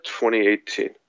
2018